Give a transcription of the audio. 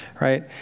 right